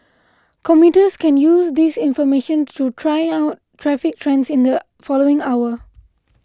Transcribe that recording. commuters can use this information to try out traffic trends in the following hour